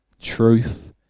truth